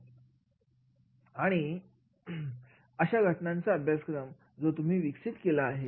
आणि अशा घटनांचा अभ्यासक्रम जो तुम्ही विकसित केलेला आहे